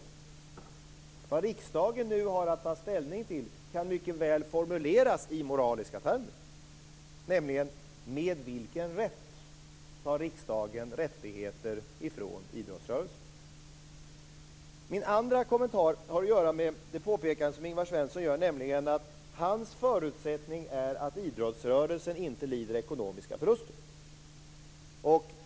Det som riksdagen nu har att ta ställning till kan mycket väl formuleras i moraliska termer, nämligen: Min andra kommentar har att göra med ett annat påpekande av Ingvar Svensson. Hans förutsättning var att idrotten inte lider ekonomiska förluster.